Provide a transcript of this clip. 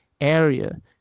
area